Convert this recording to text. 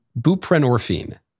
buprenorphine